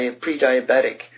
pre-diabetic